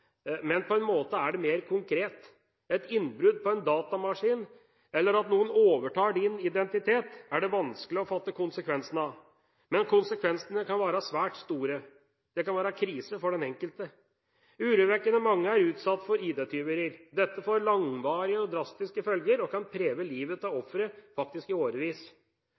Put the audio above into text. men på en måte er det mer konkret. Et innbrudd i en datamaskin, eller at noen overtar din identitet, er det vanskelig å fatte konsekvensene av. Men konsekvensene kan være svært store – det kan være krise for den enkelte. Urovekkende mange er utsatt for ID-tyveri. Dette får langvarige og drastiske følger og kan prege livet til offeret i årevis.